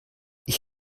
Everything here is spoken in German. ich